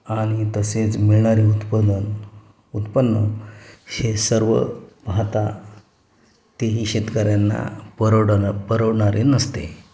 आणि तसेच मिळणारी उत्पादन उत्पन्न हे सर्व पाहता तेही शेतकऱ्यांना परवडणार परवडणारे नसते